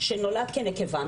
שנולד כנקבה,